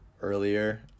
earlier